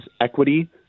equity